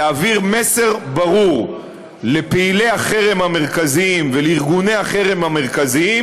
להעביר מסר ברור לפעילי החרם המרכזיים ולארגוני החרם המרכזיים,